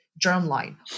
germline